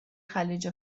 خلیج